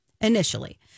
initially